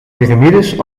piramides